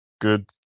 Good